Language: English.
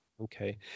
Okay